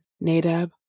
Nadab